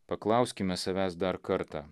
paklauskime savęs dar kartą